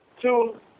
two